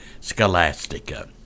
Scholastica